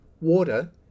Water